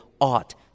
ought